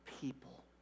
people